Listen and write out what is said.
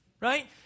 right